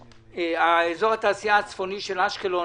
אזור התעשייה הצפוני של אשקלון